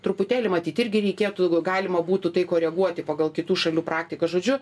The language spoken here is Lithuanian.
truputėlį matyt irgi reikėtų galima būtų tai koreguoti pagal kitų šalių praktiką žodžiu